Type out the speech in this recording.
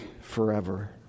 forever